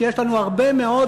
שיש לנו הרבה מאוד,